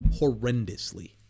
horrendously